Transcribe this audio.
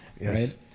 Yes